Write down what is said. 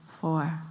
four